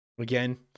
again